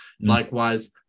Likewise